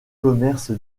commerce